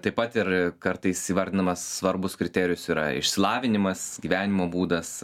taip pat ir kartais įvardinamas svarbus kriterijus yra išsilavinimas gyvenimo būdas